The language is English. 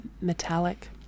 metallic